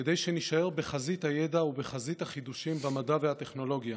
כדי שנישאר בחזית הידע ובחזית החידושים במדע ובטכנולוגיה.